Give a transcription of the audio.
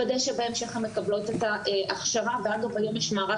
לוודא שבהמשך הן מקבלות את ההכשרה - יש מערך